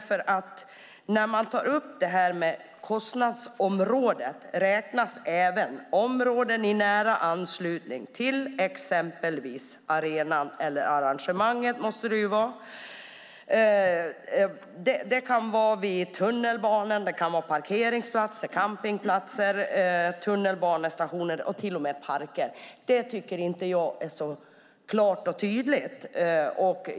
För när man tar upp det här med kostnadsområdet räknas även områden i nära anslutning till exempelvis arenan eller arrangemanget - så måste det vara. Det kan vara parkeringsplatser, campingplatser, tunnelbanestationer och till och med parker. Det tycker inte jag är så klart och tydligt.